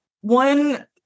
one